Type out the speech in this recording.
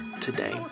today